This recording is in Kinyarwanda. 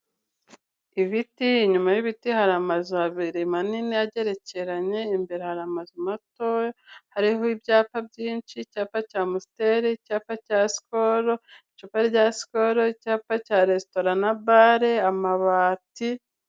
Ibiti inyuma y'ibiti hari amazu abiri manini agerekeranye imbere hari amazu mato hariho ibyapa byinshi icyapa cya amusiteri icyapa cya sikoru icupa rya sikoru icyapa cya resitora na bare amabati,